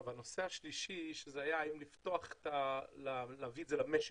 הנושא השלישי, שזה היה אם להביא את זה למשק.